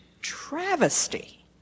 travesty